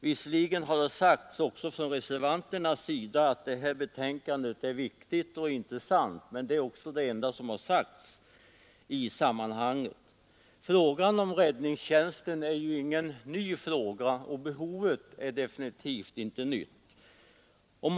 Visserligen har också reservanterna erkänt att betänkandet är viktigt och intressant, men det är det enda som har sagts i ärendet. Frågan om räddningstjänsten är inte ny, och behovet är absolut inte heller nytt.